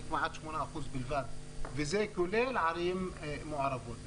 כמעט 8% בלבד וזה כולל ערים מעורבות.